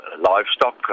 livestock